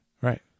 Right